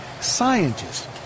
scientists